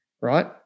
right